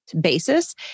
basis